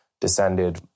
descended